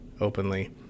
openly